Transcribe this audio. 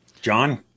John